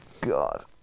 God